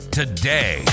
today